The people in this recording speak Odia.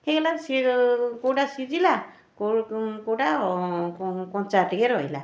ହେଇଗଲା ସିଏ କେଉଁଟା ସିଝିଲା କେଉଁ କେଉଁଟା କଞ୍ଚା ଟିକିଏ ରହିଲା